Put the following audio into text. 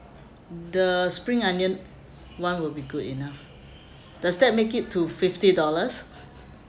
the spring onion [one] will be good enough does that make it to fifty dollars